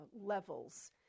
levels